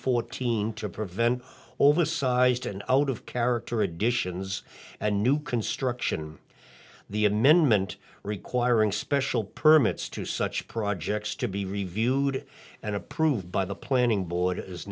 fourteen to prevent oversized and out of character additions and new construction the amendment requiring special permits to such projects to be reviewed and approved by the planning board is